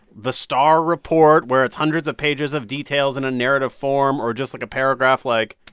the starr report, where it's hundreds of pages of details in a narrative form or just, like, a paragraph like,